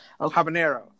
Habanero